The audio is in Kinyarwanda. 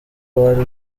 uwari